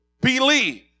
believe